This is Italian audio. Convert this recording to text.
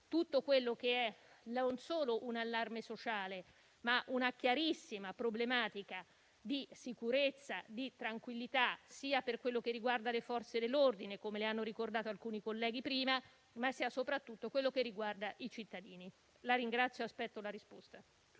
non riferire non solo un allarme sociale, ma anche una chiarissima problematica di sicurezza, di tranquillità, sia per quello che riguarda le Forze dell'ordine, come le hanno ricordato alcuni colleghi prima, sia soprattutto per quello che riguarda i cittadini. La ringrazio e aspetto la risposta.